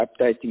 updating